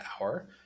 hour